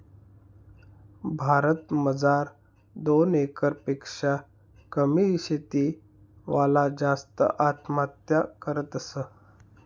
भारत मजार दोन एकर पेक्शा कमी शेती वाला जास्त आत्महत्या करतस